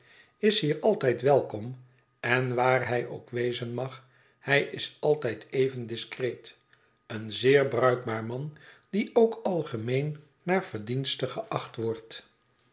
is hier altijd welkom en waar hij ook wezen mag hij is altijd even discreet een zeer bruikbaar man die ook algemeen naar verdienste geacht wordt